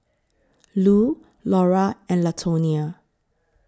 Lu Laura and Latonia